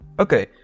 Okay